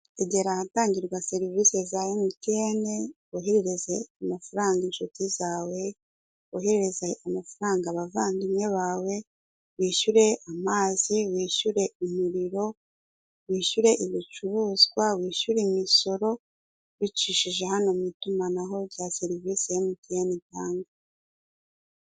Egera ahatangirwa serivisi za MTN, woherereze amafaranga inshuti zawe, woherereze amafaranga abavandimwe bawe, wishyure amazi, wishyure umuriro, wishyure ibicuruzwa, wishyure imisoro, ubicishije hano mu itumanaho rya serivisi ya MTN itanga.